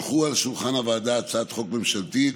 הונחה על שולחן הוועדה הצעת חוק ממשלתית,